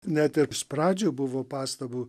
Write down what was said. net ir pradžių buvo pastabų